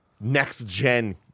next-gen